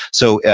so,